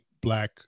black